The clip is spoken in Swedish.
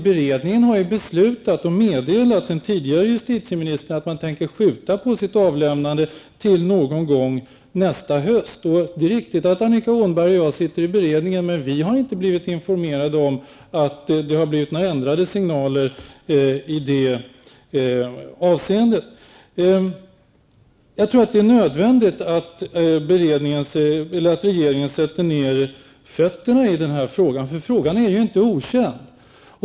Beredningen har beslutat och meddelat den tidigare justitieministern att man tänker skjuta på sitt avlämnande till någon gång nästa höst. Det är riktigt att Annika Åhnberg och jag sitter i beredningen, men vi har inte blivit informerade om några ändrade signaler i det avseendet. Jag tror att det beträffande den här frågan är nödvändigt att regeringen sätter ned fötterna. Frågan är inte okänd.